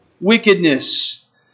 wickedness